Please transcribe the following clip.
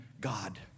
God